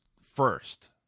first